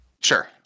sure